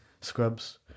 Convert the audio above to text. scrubs